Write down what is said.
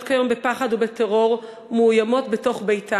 ובשליש מכלל הרשויות המקומיות בישראל נשים לא מכהנות כלל.